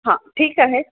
हां ठीक आहे